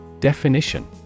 Definition